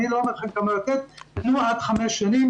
אני לא --- עד חמש שנים.